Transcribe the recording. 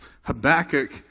Habakkuk